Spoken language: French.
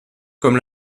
comme